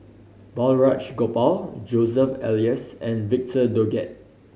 Balraj Gopal Joseph Elias and Victor Doggett